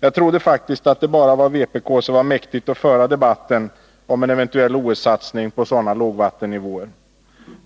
Jag trodde att det bara var vpk som var mäktigt att föra debatten om en eventuell OS-satsning på sådana lågvattennivåer.